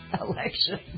election